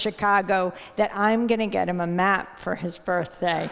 chicago that i'm going to get him a map for his birthday